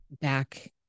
back